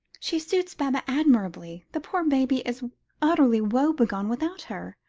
she suits baba admirably. the poor baby is utterly woebegone without her.